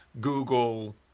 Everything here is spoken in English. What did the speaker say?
Google